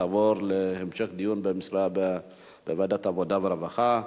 תעבור להמשך דיון בוועדת העבודה והרווחה.